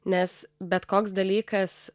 nes bet koks dalykas